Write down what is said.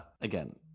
again